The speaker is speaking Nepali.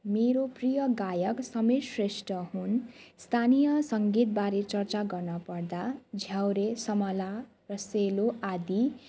मेरो प्रियः गायक समीर श्रेष्ठ हुन् स्थानीय सङ्गीतबारे चर्चा गर्न पर्दा झ्याउरे समला र सेलो आदि